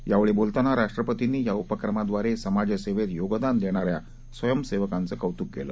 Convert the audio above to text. यावेळी बोलताना राष्ट्रपतींनी या उपक्रमाद्वारे समाजसेवेत योगदान देणाऱ्या स्वयंसेवकांच कौतुक केलं